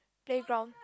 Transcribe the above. playground